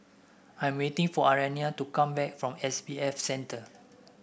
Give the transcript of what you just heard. I'm waiting for Ariana to come back from S B F Center